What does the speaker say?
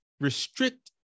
restrict